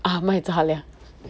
ah 买杂粮